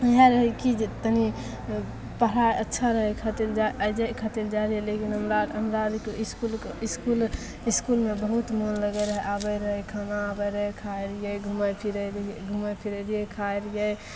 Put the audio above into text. मानि लियै कि जे तनी पढ़ाइ अच्छा रहै खातिर जा आ जे खातिर जाइ रहियै लेकिन हमरा हमरा आरके इसकुलके इसकुल इसकुलमे बहुत मन लगै रहए आबै रहै खाना आबै रहै खाइ रहियै घुमै फिरै रहियै घुमै फिरै जे खाइ रहियै